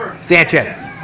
Sanchez